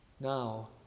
Now